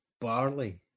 barley